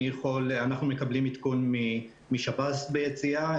אנחנו מקבלים עדכון משב"ס ביציאה,